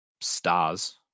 stars